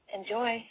Enjoy